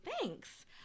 Thanks